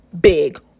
big